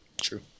true